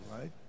right